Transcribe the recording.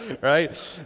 right